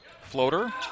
Floater